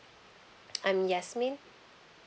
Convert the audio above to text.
I'm yasmin